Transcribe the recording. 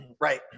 right